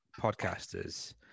podcasters